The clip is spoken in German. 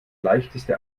leichteste